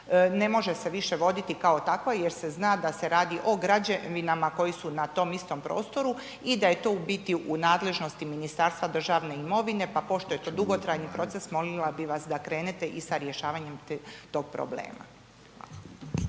ne može se više voditi kao takvo jer se zna da se radi o građevinama koji su na tom istom prostoru i da je to u biti u nadležnosti Ministarstva državne imovine pa pošto je to dugotrajni proces molila bih vas da krenete i sa rješavanjem tog problema.